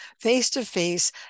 face-to-face